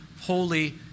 holy